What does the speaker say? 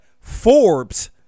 Forbes